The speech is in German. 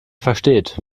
versteht